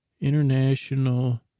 International